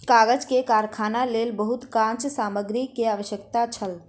कागज के कारखानाक लेल बहुत काँच सामग्री के आवश्यकता छल